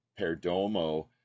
Perdomo